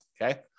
okay